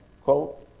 quote